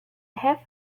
have